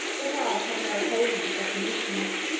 that i had no occasion for such an instrument